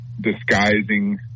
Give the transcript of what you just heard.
disguising